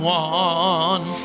one